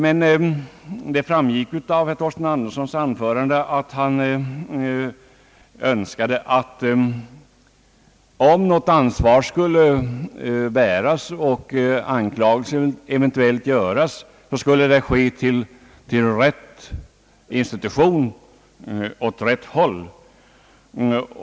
Men det framgick av herr Torsten Anderssons anförande att han önskade att om något ansvar skulle bäras och någon anklagelse eventuellt göras, borde anmärkningen riktas åt rätt håll.